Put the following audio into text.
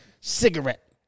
Cigarette